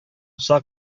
булса